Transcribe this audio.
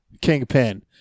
Kingpin